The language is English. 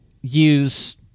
use